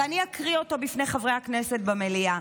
ואני אקריא אותו בפני חברי הכנסת במליאה,